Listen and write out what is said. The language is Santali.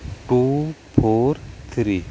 two four three